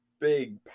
big